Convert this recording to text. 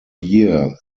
year